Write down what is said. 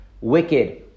wicked